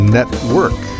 Network